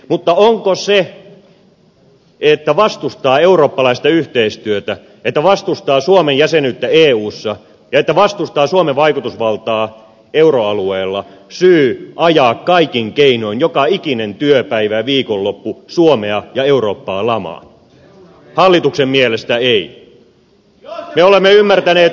mutta onko se että vastustaa eurooppalaista yhteistyötä että vastustaa suomen jäsenyyttä eussa ja että vastustaa suomen vaikutusvaltaa euroalueella syy ajaa kaikin keinoin joka ikinen työpäivä ja viikonloppu suomea ja eurooppaa lamaan alituksen mielestäni ja ja olemme ymmärtäneet